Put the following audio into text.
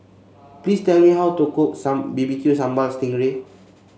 please tell me how to cook B B Q Sambal Sting Ray